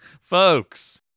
Folks